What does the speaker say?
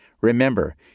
Remember